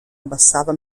abbassava